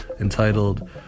entitled